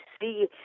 see